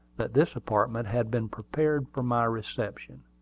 that this apartment had been prepared for my reception.